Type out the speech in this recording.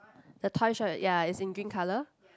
the toy shop ya is in green colour